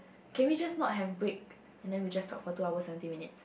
can we just not have break and then we just talk for two hours seventeen minutes